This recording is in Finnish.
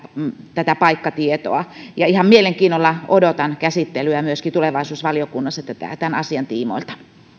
paikkatietoa ihan mielenkiinnolla odotan käsittelyä myöskin tulevaisuusvaliokunnassa tämän asian tiimoilta